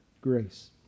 grace